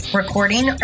recording